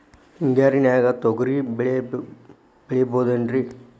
ಹಿಂಗಾರಿನ್ಯಾಗ ತೊಗ್ರಿ ಬೆಳಿಬೊದೇನ್ರೇ?